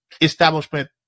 establishment